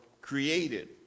created